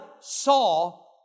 saw